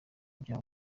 byabo